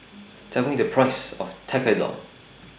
Tell Me The Price of Tekkadon